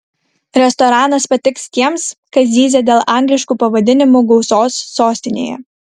restoranas patiks tiems kas zyzia dėl angliškų pavadinimų gausos sostinėje